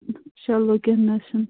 چلو کیٚنٛہہ نہَ حظ چھُنہٕ